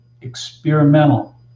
experimental